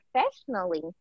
professionally